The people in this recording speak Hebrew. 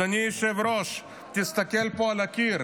אדוני היושב-ראש, תסתכל פה על הקיר,